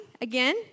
again